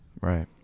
Right